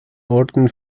orden